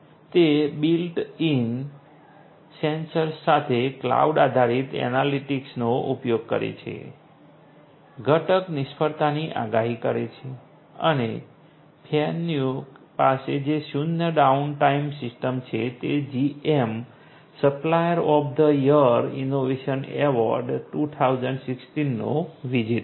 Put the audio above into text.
તે built in sensors સાથે cloud આધારિત એનાલિટિક્સનો ઉપયોગ કરે છે ઘટક નિષ્ફળતાની આગાહી કરે છે અને Fanuc પાસે જે શૂન્ય ડાઉનટાઇમ સિસ્ટમ છે તે GM supplier of the year innovation award 2016નો વિજેતા છે